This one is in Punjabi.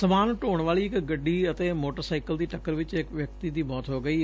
ਸਮਾਨ ਢੋਣ ਵਾਲੀ ਇਕ ਗੱਡੀ ਅਤੇ ਮੋਟਰ ਸਾਇਕਲ ਦੀ ਟੱਕਰ ਵਿਚ ਇਕ ਵਿਅਕਤੀ ਦੀ ਮੌਤ ਹੋ ਗਈ ਏ